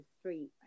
street